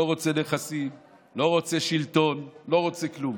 לא רוצה נכסים, לא רוצה שלטון, לא רוצה כלום.